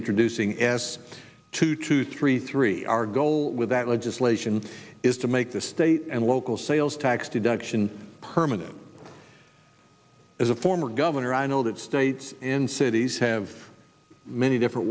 introducing s two to three three our goal with that legislation is to make the state and local sales tax deduction permanent as a former governor i know that states and cities have many different